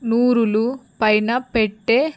నూరులు పైన పెట్టే